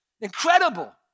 Incredible